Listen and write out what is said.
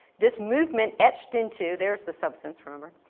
this movement etched into, there's the substance remember?